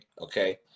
Okay